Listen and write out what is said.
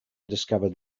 discovered